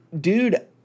dude